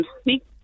speak